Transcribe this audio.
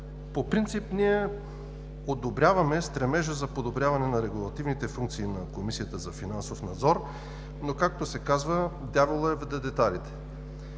по принцип ние одобряваме стремежа за подобряване на регулативните функции на Комисията за финансов надзор, но както се казва, „дяволът е в детайлите“.